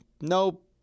nope